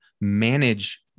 manage